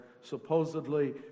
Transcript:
supposedly